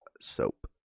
soap